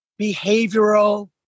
behavioral